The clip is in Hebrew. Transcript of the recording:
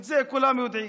את זה כולם יודעים.